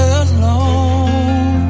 alone